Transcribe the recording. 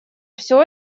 все